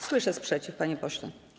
Słyszę sprzeciw, panie pośle.